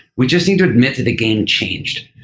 we just need to admit to the game change.